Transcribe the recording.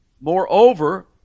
Moreover